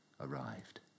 arrived